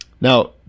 Now